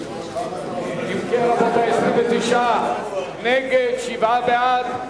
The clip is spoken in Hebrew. אם כן, רבותי, 29 נגד, שבעה בעד.